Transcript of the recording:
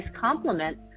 complement